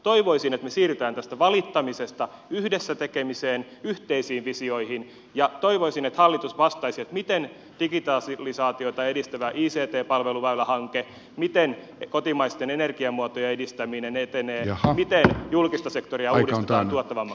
toivoisin että me siirrymme tästä valittamisesta yhdessä tekemiseen yhteisiin visioihin ja toivoisin että hallitus vastaisi miten digitalisaatiota edistävä ict palveluväylähanke miten kotimaisten energiamuotojen edistäminen etenee miten julkista sektoria uudistetaan tuottavammaksi